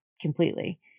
completely